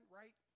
right